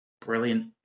Brilliant